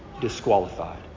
disqualified